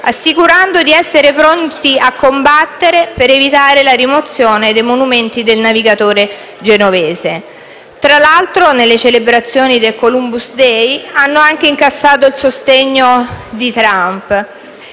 assicurando di essere pronte a combattere per evitare la rimozione dei monumenti al navigatore genovese. Tra l'altro, nelle celebrazioni del Columbus day, hanno anche incassato il sostegno di Trump